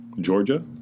Georgia